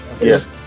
Yes